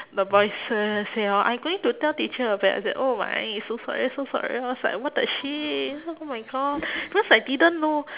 the boys uh say oh I going to tell teacher about it I said oh my so sorry so sorry I was like what the shit oh my god because I didn't know